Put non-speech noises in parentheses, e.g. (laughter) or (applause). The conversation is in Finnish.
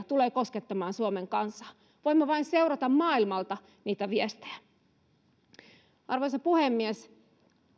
(unintelligible) tulee koskettamaan suomen kansaa voimme vain seurata maailmalta niitä viestejä arvoisa puhemies